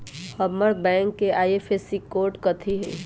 हमर बैंक के IFSC code कथि हई?